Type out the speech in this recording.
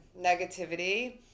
negativity